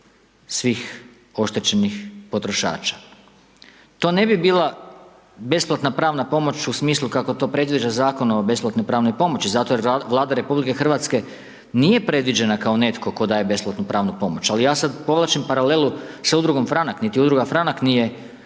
svih oštećenih potrošača. To ne bi bila besplatna pravna pomoć, u smislu kako to predviđa Zakon o besplatnoj pravnoj pomoći, zato jer Vlada RH, nije predviđena kao netko tko daje besplatnu pravnu pomoć. Ali, ja sada povlačim paralelu s Udrugom Franak, niti udruga Franak nije